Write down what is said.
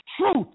truth